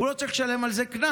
הוא לא צריך לשלם על זה קנס.